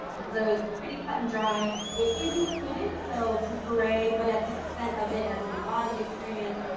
and so, it's pretty cut and dry. it is included so so hooray. but as the extent of it as an embodied experience,